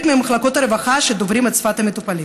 ממחלקות הרווחה הדוברים את שפת המטופלים.